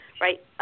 right